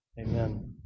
Amen